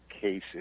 cases